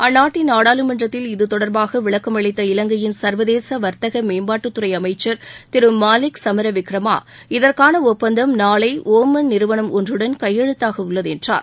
அந்நாட்டின் நாடாளுமன்றத்தில் இது தொடர்பாக விளக்கம் அளித்த இலங்கையின் சர்வதேச வர்த்தக மேம்பாட்டுத்துறை அமைச்சர் திரு மாலிக் சமரவிக்ரமா இதற்கான ஒப்பந்தம் நாளை ஒமன் நிறுவனம் ஒன்றுடன் கையெழுத்தாகவுள்ளது என்றார்